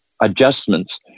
adjustments